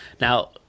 Now